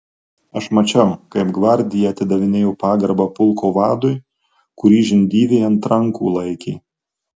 aš mačiau kaip gvardija atidavinėjo pagarbą pulko vadui kurį žindyvė ant rankų laikė